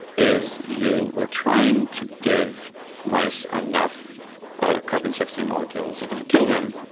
is you were trying to give mice enough ah carbon sixty molecules to kill them,